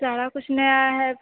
सारा कुछ नया है